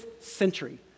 century